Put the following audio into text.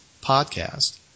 podcast